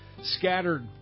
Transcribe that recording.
scattered